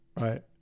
Right